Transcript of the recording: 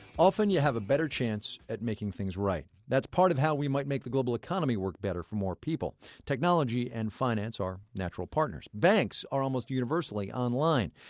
often you have a better chance at making things right. that's part of how we might make the global economy work better for more people. technology and finance are natural partners banks are almost universally online.